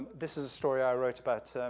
this is a story i wrote about,